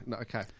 Okay